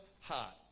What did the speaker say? heart